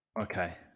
Okay